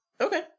Okay